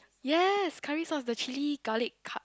yes curry sauce the chili garlic car